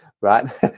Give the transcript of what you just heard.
right